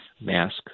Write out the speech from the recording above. mask